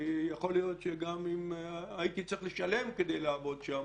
כי יכול להיות שגם אם הייתי צריך לשלם כדי לעבוד שם,